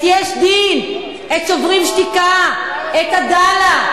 את "יש דין", את "שוברים שתיקה", את "עדאלה".